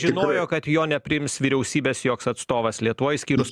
žinojo kad jo nepriims vyriausybės joks atstovas lietuvoj išskyrus